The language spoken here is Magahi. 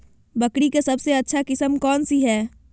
बकरी के सबसे अच्छा किस्म कौन सी है?